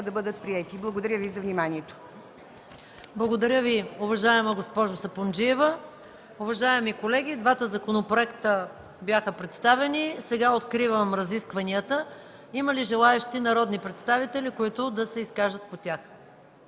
да бъдат приети. Благодаря Ви за вниманието. ПРЕДСЕДАТЕЛ МАЯ МАНОЛОВА: Благодаря Ви, уважаема госпожо Сапунджиева. Уважаеми колеги, двата законопроекта бяха представени. Откривам разискванията. Има ли желаещи народни представители, които да се изкажат по тях?